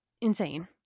insane